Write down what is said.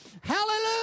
Hallelujah